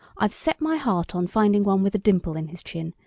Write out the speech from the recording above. i've set my heart on finding one with a dimple in his chin,